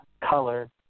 color